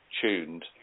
tuned